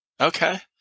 Okay